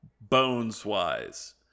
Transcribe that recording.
bones-wise